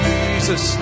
Jesus